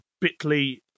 bit.ly